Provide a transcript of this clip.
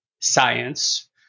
science